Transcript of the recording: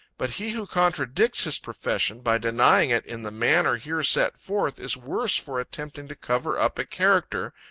but he who contradicts his profession, by denying it in the manner here set forth, is worse for attempting to cover up a character,